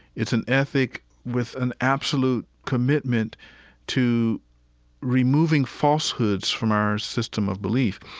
it's an ethic with an absolute commitment to removing falsehoods from our system of belief.